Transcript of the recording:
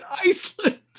Iceland